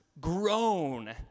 grown